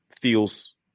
feels